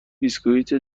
بسکویت